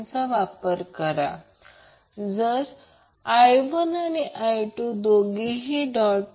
त्याचप्रमाणे ω2 I 2 V√ 2 R कोन 45 °असेल